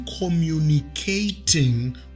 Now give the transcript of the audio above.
communicating